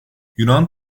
yunan